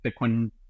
Bitcoin